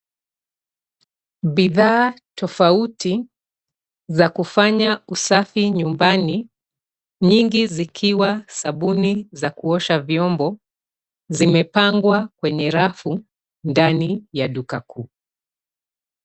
Bidhaa tofauti, za kufanya usafi nyumbani, nyingi zikiwa sabuni za kuosha vyombo, zimepangwa kwenye rafu, ndani ya duka kuu.